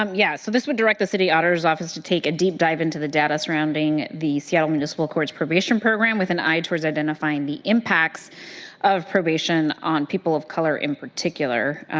um yeah, so this would direct the city auditor's office to take a deep dive into the data surrounding the seattle municipal court probation program with an eye towards identifying the impacts of probation on people of color in particular.